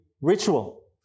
ritual